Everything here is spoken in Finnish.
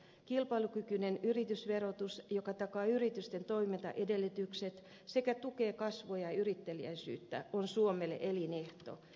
kilpailukykyinen yritysverotus joka takaa yritysten toimintaedellytykset sekä tukee kasvua ja yritteliäisyyttä on suomelle elinehto